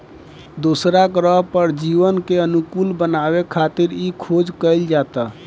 दोसरा ग्रह पर जीवन के अनुकूल बनावे खातिर इ खोज कईल जाता